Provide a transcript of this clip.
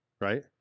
Right